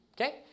Okay